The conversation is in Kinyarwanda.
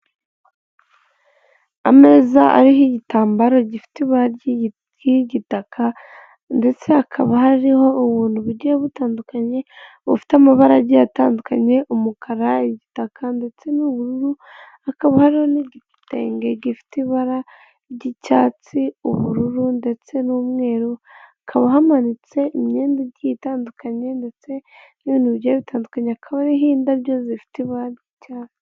Ameza ariho igitambaro gifite ibara ry'igitaka, ndetse hakaba hariho ubuntu bugiye butandukanye bufite amabara agiye atandukanye: umukara, igitaka ndetse n'ubururu; hakaba hari n'igitenge gifite ibara ry'icyatsi ubururu ndetse n'umweru; hakaba hamanitse imyenda igiye itandukanye ndetse n'ibintu bigiye bitandukanye hakaba n'indabyo zifite ibara ry'icyatsi .